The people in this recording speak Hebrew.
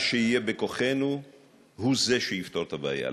מה שיהיה בכוחנו הוא שיפתור את הבעיה.